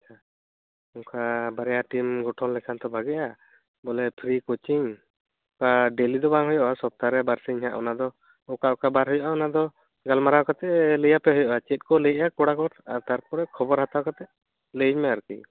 ᱟᱪᱪᱷᱟ ᱵᱟᱨᱭᱟ ᱴᱤᱢ ᱜᱚᱴᱷᱚᱱ ᱞᱮᱠᱷᱟᱱ ᱛᱳ ᱵᱷᱟᱹᱜᱤᱜᱼᱟ ᱵᱚᱞᱮ ᱯᱷᱤᱨᱤ ᱠᱳᱪᱤᱝ ᱚᱱᱠᱟ ᱰᱮᱞᱤ ᱫᱚ ᱵᱟᱝ ᱦᱩᱭᱩᱜᱼᱟ ᱥᱚᱯᱛᱟᱦᱚᱨᱮ ᱵᱟᱨ ᱥᱤᱧ ᱦᱟᱜ ᱚᱱᱟ ᱫᱚ ᱚᱠᱟ ᱚᱠᱟ ᱵᱟᱨ ᱦᱩᱭᱩᱜᱼᱟ ᱚᱱᱟ ᱫᱚ ᱜᱟᱞᱢᱟᱨᱟᱣ ᱠᱟᱛᱮ ᱞᱟᱹᱭᱟᱯᱮ ᱦᱩᱭᱩᱜᱼᱟ ᱪᱮᱫᱠᱚ ᱞᱟᱹᱭᱮᱜᱼᱟ ᱠᱚᱲᱟ ᱠᱚ ᱛᱟᱨᱯᱚᱨᱮ ᱠᱷᱚᱵᱚᱨ ᱦᱟᱛᱟᱣ ᱠᱟᱛᱮ ᱞᱟᱹᱭᱟᱹᱧ ᱢᱮ ᱟᱨᱠᱤ